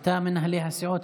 בתא מנהלי הסיעות,